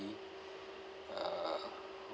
uh